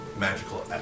magical